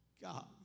God